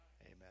Amen